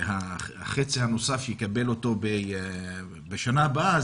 והחצי הנוסף יקבל אותו בשנה הבאה,